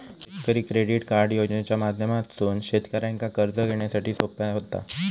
शेतकरी credit card योजनेच्या माध्यमातसून शेतकऱ्यांका कर्ज घेण्यासाठी सोप्या व्हता